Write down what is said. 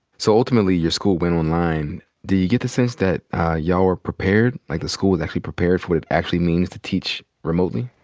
so ultimately your school went online. do you get the sense that y'all were prepared? like, the school was actually prepared for what it actually means to teach remotely?